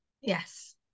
yes